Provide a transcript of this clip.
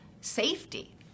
safety